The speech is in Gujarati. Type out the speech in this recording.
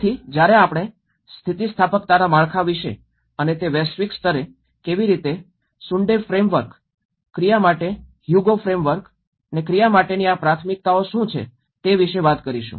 તેથી જ્યારે આપણે સ્થિતિસ્થાપકતાના માળખા વિશે અને તે વૈશ્વિક સ્તરે કેવી રીતે સુંડે ફ્રેમવર્ક ક્રિયા માટે હ્યુગો ફ્રેમવર્ક ક્રિયા માટેની આ પ્રાથમિકતાઓ શું છે તે વિશે વાત કરીશું